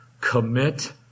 commit